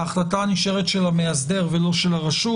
ההחלטה נשארת של המאסדר ולא של הרשות,